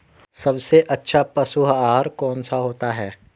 सबसे अच्छा पशु आहार कौन सा होता है?